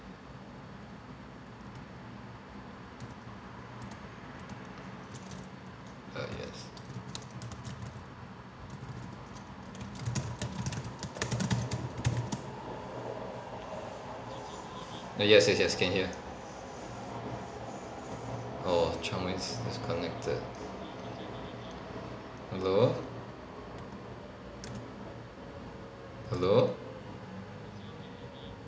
err yes err yes yes yes can hear oh chong wei's disconnected hello hello